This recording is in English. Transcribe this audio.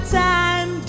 time